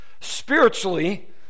spiritually